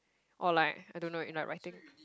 or like I don't know in like writing